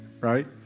right